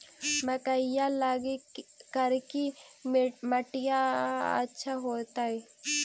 मकईया लगी करिकी मिट्टियां अच्छा होतई